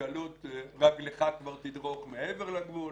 בקלות רגלך כבר תדרוך מעבר לגבול.